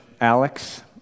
Alex